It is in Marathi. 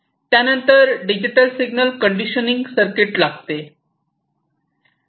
त्यानंतर डिजिटल सिग्नल कंडिशनिंग सर्किट लागते